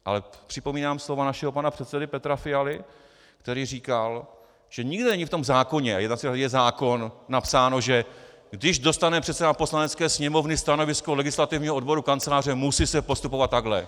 Ale připomínám slova našeho pana předsedy Petra Fialy, který říkal, že nikde není v tom zákoně a jednací řád je zákon napsáno, že když dostane předseda Poslanecké sněmovny stanovisko legislativního odboru Kanceláře, musí se postupovat takhle.